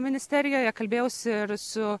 ministerijoje kalbėjausi ir su